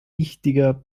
wichtiger